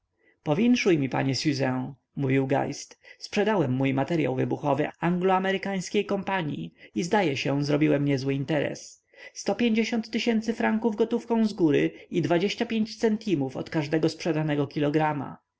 powinszuj mi panie siuzę mówił geist sprzedałem mój materyał wybuchowy angloamerykańskiej kompanii i zdaje się zrobiłem niezły interes sto pięćdziesiąt tysięcy franków gotówką zgóry i dwadzieścia piętr od każdego sprzedanego kilograma